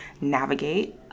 navigate